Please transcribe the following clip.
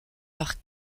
par